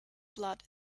blood